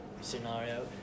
scenario